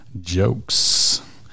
jokes